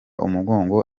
umugongo